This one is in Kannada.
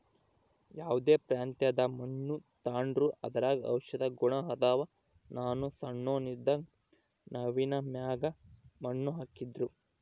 ಯಾವ್ದೇ ಪ್ರಾಂತ್ಯದ ಮಣ್ಣು ತಾಂಡ್ರೂ ಅದರಾಗ ಔಷದ ಗುಣ ಅದಾವ, ನಾನು ಸಣ್ಣೋನ್ ಇದ್ದಾಗ ನವ್ವಿನ ಮ್ಯಾಗ ಮಣ್ಣು ಹಾಕ್ತಿದ್ರು